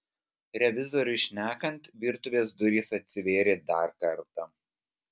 revizoriui šnekant virtuvės durys atsivėrė dar kartą